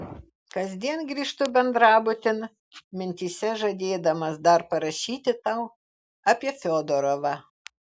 kasdien grįžtu bendrabutin mintyse žadėdamas dar parašyti tau apie fiodorovą